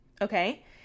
okay